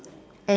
and